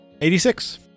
86